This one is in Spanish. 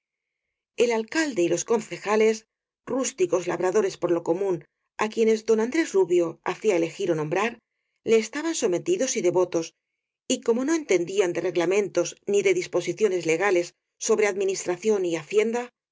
el alcalde y los concejales rústicos labradores por lo común á quienes don andrés rubio hacía elegir ó nombrar le estaban sometidos y devotos y como no entendían de reglamentos ni de dispo siciones legales sobre administración y hacienda